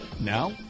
Now